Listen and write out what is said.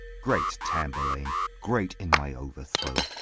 great tamburlaine, great in my overthrow,